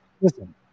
Listen